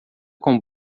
com